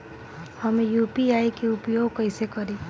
हम यू.पी.आई के उपयोग कइसे करी?